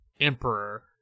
Emperor